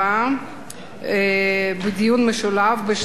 דיון משולב בשני צווים,